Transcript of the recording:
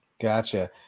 Gotcha